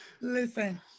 listen